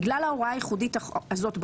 בגלל ההוראה הייחודית הזאת בחוק,